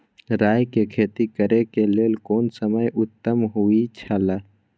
राय के खेती करे के लेल कोन समय उत्तम हुए छला?